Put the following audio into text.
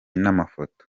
n’amafoto